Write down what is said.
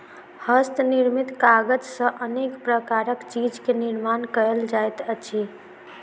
हस्त निर्मित कागज सॅ अनेक प्रकारक चीज के निर्माण कयल जाइत अछि